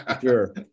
sure